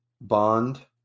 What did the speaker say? Bond